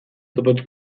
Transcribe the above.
topatu